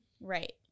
right